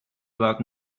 about